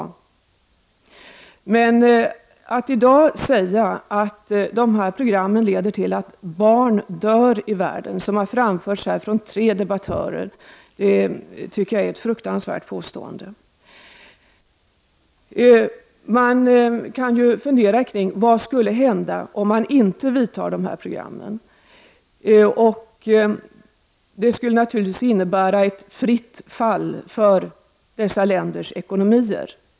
Tre debattörer har här i dag sagt att dessa program leder till att barn dör i världen. Detta är enligt min mening ett fruktansvärt påstående. Man kan fundera kring vad som skulle hända om man inte genomför de här programmen. Det skulle naturligtvis innebära ett fritt fall för dessa länders ekonomier.